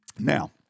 Now